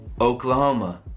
Oklahoma